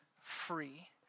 free